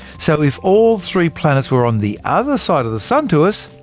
so if all three planets were on the other side of the sun to us,